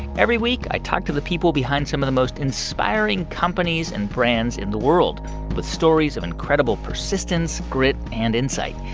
every week, i talk to the people behind some of the most inspiring companies and brands in the world with stories of incredible persistence, grit and insight.